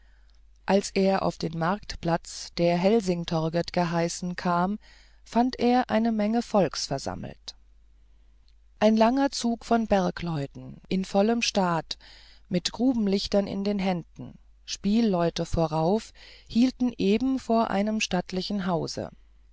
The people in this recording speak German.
als er auf den marktplatz der helsingtorget geheißen kam fand er eine menge volks versammelt ein langer zug von bergleuten in vollem staat mit grubenlichtern in den händen spielleute vorauf hielt eben vor einem stattlichen hause